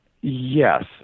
Yes